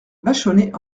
vachonnet